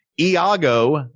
Iago